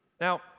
Now